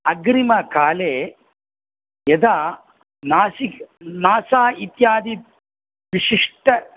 अग्रिमकाले यदा नासिक् नासा इत्यादि विशिष्ट